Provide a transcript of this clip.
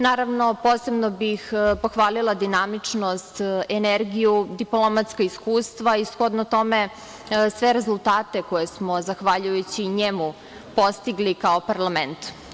Naravno, posebno bih pohvalila dinamičnost, energiju, diplomatska iskustva i shodno tome sve rezultate koje smo zahvaljujući njemu postigli kao parlament.